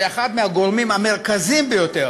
שאחד מהגורמים המרכזיים ביותר